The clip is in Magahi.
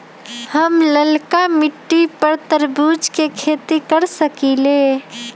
हम लालका मिट्टी पर तरबूज के खेती कर सकीले?